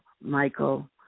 Michael